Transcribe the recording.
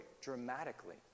dramatically